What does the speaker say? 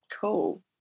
cool